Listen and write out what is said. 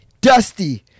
dusty